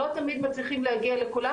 לא תמיד מצליחים להגיע לכולם,